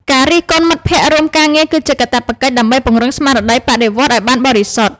ការរិះគន់មិត្តភក្តិរួមការងារគឺជាកាតព្វកិច្ច ដើម្បីពង្រឹងស្មារតីបដិវត្តន៍ឱ្យបានបរិសុទ្ធ។